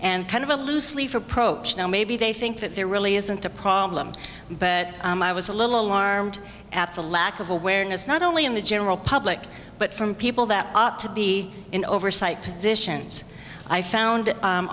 and kind of a loose leaf approach now maybe they think that there really isn't a problem but i was a little alarmed at the lack of awareness not only in the general public but from people that ought to be in oversight positions i found